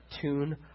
tune